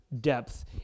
depth